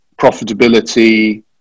profitability